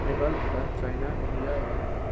Nepal Bhutan China India America